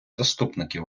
заступників